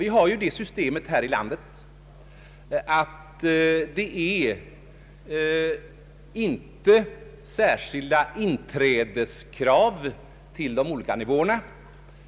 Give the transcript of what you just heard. Vi har det systemet här i landet att det inte finns särskilda in trädeskrav till de olika nivåerna.